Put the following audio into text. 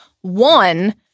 One